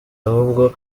ahubwo